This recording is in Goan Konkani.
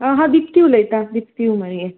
आ हांव दिपती उलयता दिपती उमरये